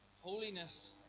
Holiness